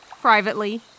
Privately